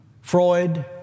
Freud